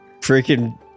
freaking